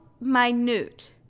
minute